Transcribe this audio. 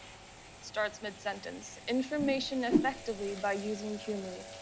starts mid-sentence. information effectively by using humor.